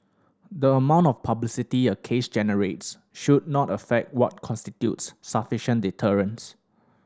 the amount of publicity a case generates should not affect what constitutes sufficient deterrence